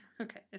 Okay